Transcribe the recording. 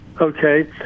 okay